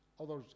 others